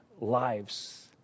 lives